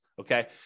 okay